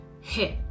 hit